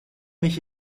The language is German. mich